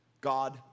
God